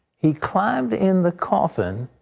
he climbed in the coffin,